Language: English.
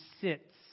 sits